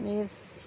ನೀರ್ಸ್